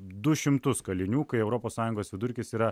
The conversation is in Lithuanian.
du šimtus kalinių kai europos sąjungos vidurkis yra